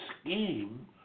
scheme